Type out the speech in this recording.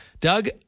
Doug